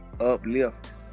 uplift